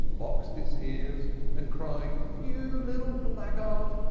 boxed its ears and crying, you little blackguard,